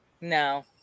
No